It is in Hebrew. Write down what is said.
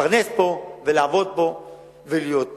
להתפרנס פה, לעבוד פה ולהיות פה.